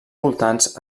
voltants